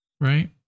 right